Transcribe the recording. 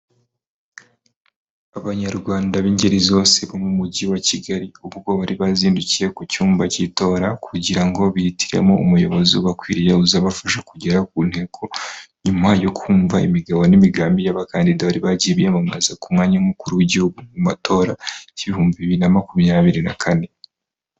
Abanyarwanda b'ingeri zose bo mu mujyi wa Kigali ubwo bari bazindukiye ku cyumba cy'itora kugira ngo bihitiremo umuyobozi ubakwiriye uzabafasha kugera ku ntego nyuma yo kumva imigabo n'imigambi y'abakandida bari bagiye biyamamaza ku mwanya w'umukuru w'igihugu mu matora ibihumbi bibiri na makumyabiri na kane.